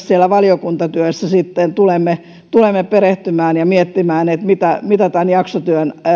siellä valiokuntatyössä sitten tulemme tulemme perehtymään ja että mietimme mitä tämän jaksotyön